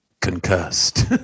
concussed